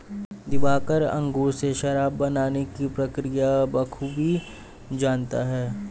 दिवाकर अंगूर से शराब बनाने की प्रक्रिया बखूबी जानता है